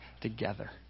together